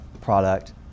product